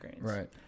Right